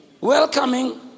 welcoming